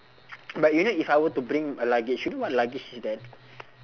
but you know if I were to bring a luggage you know what luggage is that